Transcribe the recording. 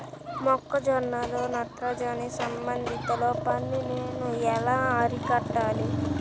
మొక్క జొన్నలో నత్రజని సంబంధిత లోపాన్ని నేను ఎలా అరికట్టాలి?